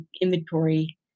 inventory